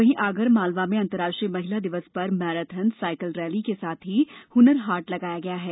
वहीं आगरमालवा अन्तर्राष्ट्रीय महिला दिवस पर मैराथन साईकिल रैली के साथ ही और हुनर हाट लगाया गया है